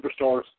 Superstars